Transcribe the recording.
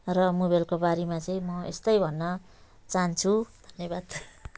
र मोबाइलको बारेमा चाहिँ म यस्तै भन्न चाहन्छु धन्यवाद